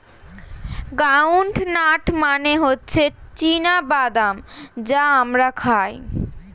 ground nut মানে হচ্ছে চীনা বাদাম যা আমরা খাই